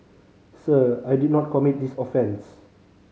sir I did not commit this offence